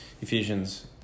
Ephesians